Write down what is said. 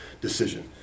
decision